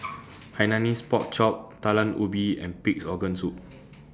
Hainanese Pork Chop Talam Ubi and Pig'S Organ Soup